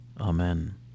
Amen